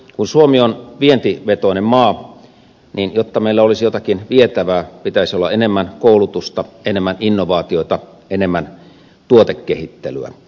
kun suomi on vientivetoinen maa niin jotta meillä olisi jotakin vietävää pitäisi olla enemmän koulutusta enemmän innovaatioita enemmän tuotekehittelyä